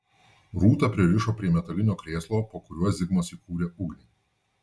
rūtą pririšo prie metalinio krėslo po kuriuo zigmas įkūrė ugnį